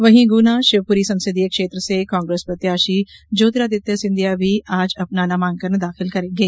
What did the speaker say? वहीं गुना शिवपुरी संसदीय क्षेत्र से कांग्रेस प्रत्याशी ज्योतिरादित्य सिंधिया भी आज अपना नामांकन दाखिल करेंगे